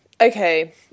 okay